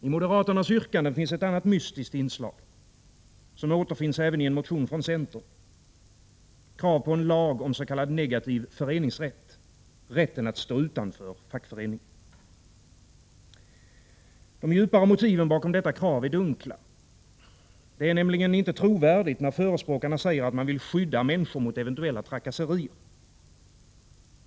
I moderaternas yrkanden finns ett annat mystiskt inslag, som återfinns även i en motion från centern — krav på en lag om s.k. negativ föreningsrätt, dvs. rätten att stå utanför fackförening. De djupare motiven bakom detta krav är dunkla. Det är nämligen inte trovärdigt när förespråkarna säger att man vill skydda människor mot eventuella trakasserier.